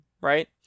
right